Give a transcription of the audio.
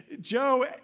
Joe